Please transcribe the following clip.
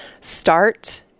start